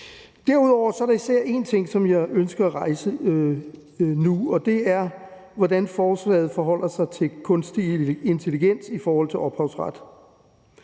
Derudover er der især én ting, som jeg ønsker at rejse nu, og det er spørgsmålet om, hvordan forslaget forholder sig til kunstig intelligens i forhold til ophavsret.